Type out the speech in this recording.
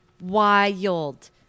wild